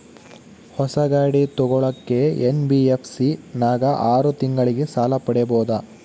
ಹೊಸ ಗಾಡಿ ತೋಗೊಳಕ್ಕೆ ಎನ್.ಬಿ.ಎಫ್.ಸಿ ನಾಗ ಆರು ತಿಂಗಳಿಗೆ ಸಾಲ ಪಡೇಬೋದ?